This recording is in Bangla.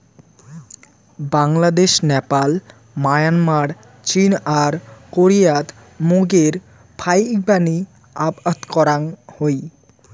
বাংলাদ্যাশ, নেপাল, মায়ানমার, চীন আর কোরিয়াত মুগের ফাইকবানী আবাদ করাং হই